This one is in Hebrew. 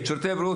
"שירותי בריאות",